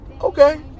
Okay